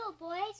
boys